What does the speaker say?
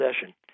session